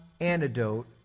antidote